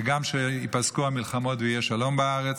וגם שייפסקו המלחמות ויהיה שלום בארץ,